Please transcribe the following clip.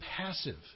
passive